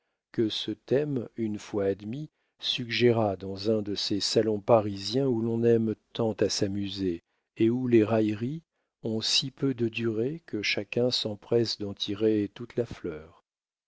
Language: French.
que ce thème une fois admis suggéra dans un de ces salons parisiens où l'on aime tant à s'amuser et où les railleries ont si peu de durée que chacun s'empresse d'en tirer toute la fleur